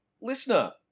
listener